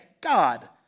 God